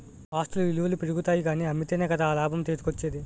ఆస్తుల ఇలువలు పెరుగుతాయి కానీ అమ్మితేనే కదా ఆ లాభం చేతికోచ్చేది?